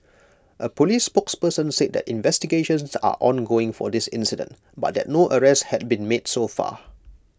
A Police spokesman said that investigations are ongoing for this incident but that no arrests had been made so far